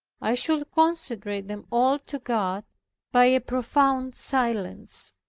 i should consecrate them all to god by a profound silence.